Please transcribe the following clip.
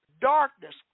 darkness